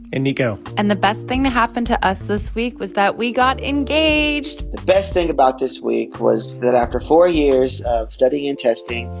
and nico and the best thing to happen to us this week was that we got engaged the best thing about this week was that after four years of studying and testing,